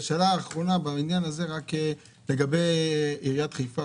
שאלה אחרונה בעניין הזה, לגבי עיריית חיפה.